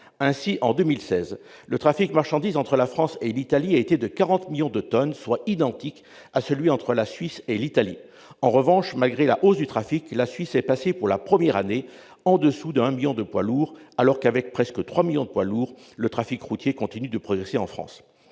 Ainsi, en 2016, le trafic de marchandises entre la France et l'Italie a été de 40 millions de tonnes, soit identique à celui entre la Suisse et l'Italie. En revanche, malgré la hausse du trafic, la Suisse est passée pour la première année en dessous de un million de poids lourds, alors que, avec presque trois millions de poids lourds, le trafic routier continue de progresser en France.